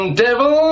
devil